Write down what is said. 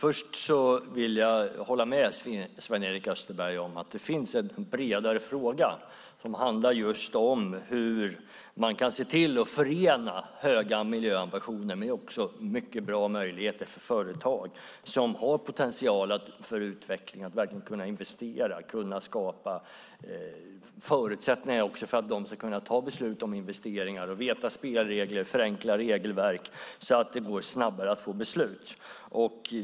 Jag kan hålla med Sven-Erik Österberg om att det finns en bredare fråga som handlar om hur man ska kunna förena höga miljöambitioner med mycket bra möjligheter för företag som har potential för utveckling att verkligen investera, hur man kan skapa förutsättningar för att företagen ska kunna ta beslut om investeringar och veta spelregler, förenkla regelverk så att det går att få beslut snabbare.